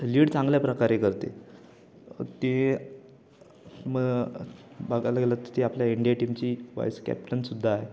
lead चांगल्या प्रकारे करते ते मग बघायला गेलं तर ती आपल्या इंडिया टीमची व्हाइस कॅप्टन सुद्धा आहे